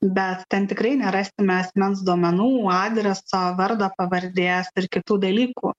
bet ten tikrai nerasime asmens duomenų adreso vardo pavardės ir kitų dalykų